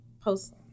post